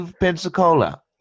Pensacola